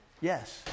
Yes